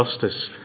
justice